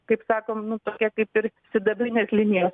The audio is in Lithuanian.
kaip sakom nu tokia kaip ir sidabrinės linijos